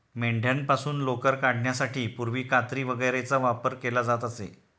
मेंढ्यांपासून लोकर काढण्यासाठी पूर्वी कात्री वगैरेचा वापर केला जात असे